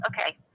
okay